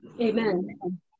Amen